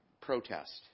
protest